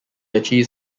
achieves